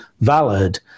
valid